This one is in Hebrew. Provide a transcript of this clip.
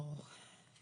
ברור.